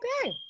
Okay